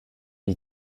n’y